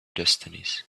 destinies